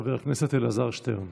חבר הכנסת אלעזר שטרן,